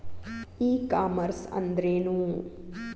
E commerce ಅಂದ್ರೇನು?